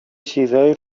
چیزایی